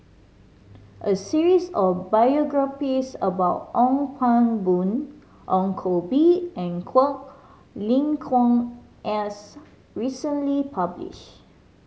a series of biographies about Ong Pang Boon Ong Koh Bee and Quek Ling Kiong as recently publish